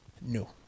no